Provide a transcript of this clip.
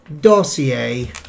Dossier